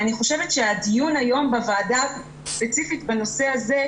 הדיון בוועדה ספציפית בנושא הזה,